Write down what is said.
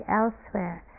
elsewhere